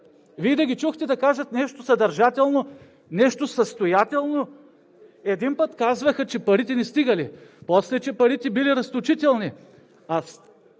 Вие да ги чухте да кажат нещо съдържателно, нещо състоятелно? Един път казваха, че парите не стигали, после, че парите били разточителни. А